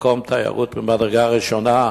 מקום תיירות ממדרגה ראשונה.